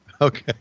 Okay